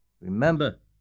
Remember